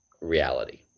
reality